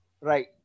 right